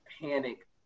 panic